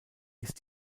ist